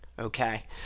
Okay